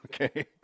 Okay